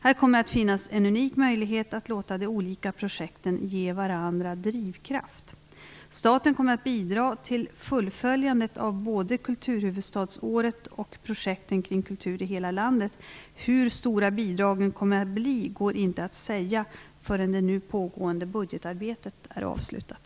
Här kommer att finnas en unik möjlighet att låta de olika projekten ge varandra drivkraft. Staten kommer att bidra till fullföljandet av både kulturhuvudstadsåret och projekten kring kultur i hela landet. Hur stora bidragen kommer att bli går inte att säga förrän det nu pågående budgetarbetet är avslutat.